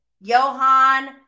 johan